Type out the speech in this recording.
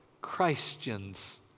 Christians